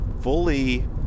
fully